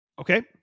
Okay